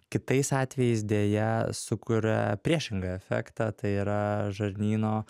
kitais atvejais deja sukuria priešingą efektą tai yra žarnyno